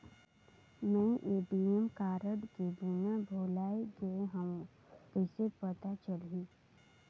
मैं ATM card के pin भुलाए गे हववं कइसे पता चलही?